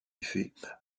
effet